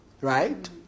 Right